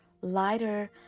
lighter